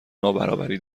نابرابری